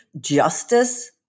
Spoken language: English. justice